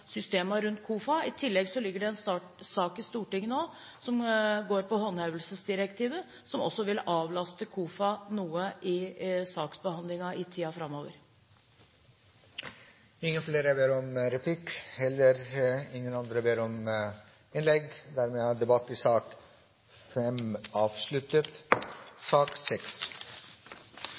rundt KOFA. I tillegg ligger det en sak i Stortinget nå som går på håndhevelsesdirektivet, som også vil avlaste KOFA noe, i saksbehandlingen i tiden framover. Replikkordskiftet er omme. Flere har ikke bedt om